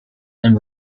and